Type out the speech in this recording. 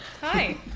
hi